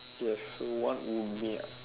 ya so what would be